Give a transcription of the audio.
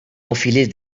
enfilez